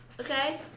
Okay